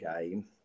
game